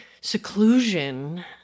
seclusion